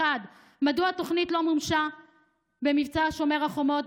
מדוע התוכנית לא מומשה במבצע שומר החומות?